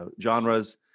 genres